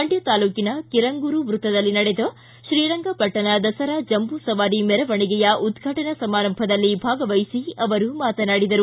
ಮಂಡ್ಯ ತಾಲೂಕಿನ ಕಿರಂಗೂರು ವೃತ್ತದಲ್ಲಿ ನಡೆದ ಶ್ರೀರಂಗಪಟ್ಷಣ ದಸರಾ ಜಂಬೂಸವಾರಿ ಮೆರವಣಿಗೆಯ ಉದ್ವಾಟನಾ ಸಮಾರಂಭದಲ್ಲಿ ಭಾಗವಹಿಸಿ ಅವರು ಮಾತನಾಡಿದರು